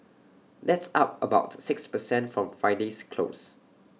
that's up about six per cent from Friday's close